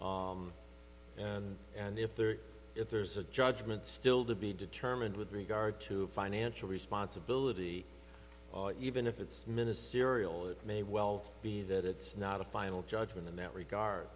done and and if there if there's a judgment still to be determined with regard to financial responsibility even if it's ministerial it may well be that it's not a final judgment in that regard